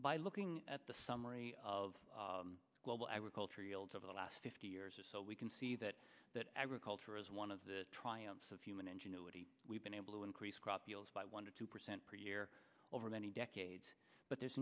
by looking at the summary of global agriculture yields over the last fifty years or so we can see that that agriculture is one of the triumphs of human ingenuity we've been able to increase crop yields by one or two percent per year over many decades but there's